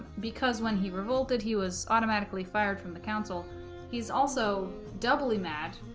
because when he revolted he was automatically fired from the council he's also doubly mad